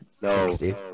No